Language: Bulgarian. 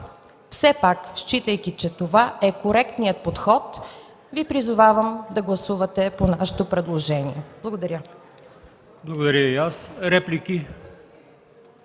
все пак, считайки че това е коректният подход, Ви призовавам да гласувате по нашето предложение. Благодаря.